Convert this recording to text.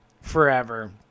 forever